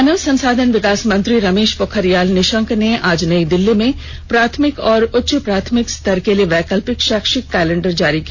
मानव संसाधन विकास मंत्री रमेश पोखरियाल निशंक ने आज नई दिल्ली में प्राथमिक और उच्च प्राथमिक स्तर के लिए वैकल्पिक शैक्षिक कैलेंडर जारी किया